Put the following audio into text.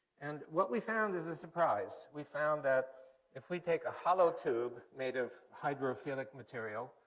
and what we found is a surprise. we found that if we take a hollow tube made of hydrophilic material,